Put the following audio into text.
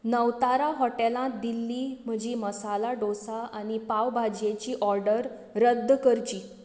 नवतारा हॉटेलांत दिल्ली म्हजी मसाला डॉसा आनी पाव भाजयेची ऑर्डर रद्द करची